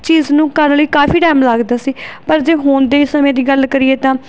ਚੀਜ਼ ਨੂੰ ਕਰਨ ਲਈ ਕਾਫੀ ਟੈਮ ਲੱਗਦਾ ਸੀ ਪਰ ਜੇ ਹੁਣ ਦੇ ਸਮੇਂ ਦੀ ਗੱਲ ਕਰੀਏ ਤਾਂ